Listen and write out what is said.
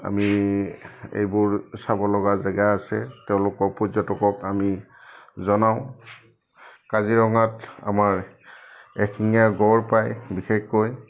আমি এইবোৰ চাব লগা জেগা আছে তেওঁলোকক পৰ্যটকক আমি জনাওঁ কাজিৰঙাত আমাৰ এশিঙীয়া গড় পায় বিশেষকৈ